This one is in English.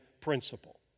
principle